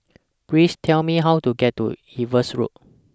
Please Tell Me How to get to Evans Road